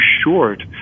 short